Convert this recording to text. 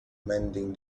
mending